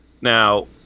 Now